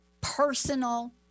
personal